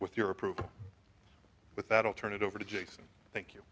with your approval with that i'll turn it over to jason thank you